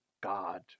God